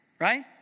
right